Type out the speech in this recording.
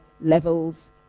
levels